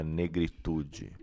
negritude